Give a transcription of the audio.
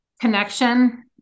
connection